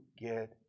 get